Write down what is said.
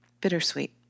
bittersweet